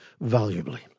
valuably